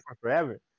forever